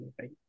right